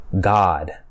God